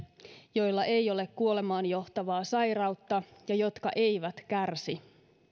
joilla ei ole kuolemaan johtavaa sairautta ja jotka eivät kärsi